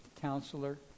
counselor